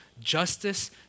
justice